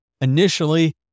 initially